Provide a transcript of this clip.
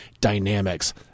dynamics